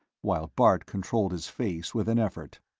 while bart controlled his face with an effort.